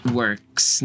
works